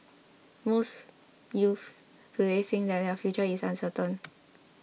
most youths today think that their future is uncertain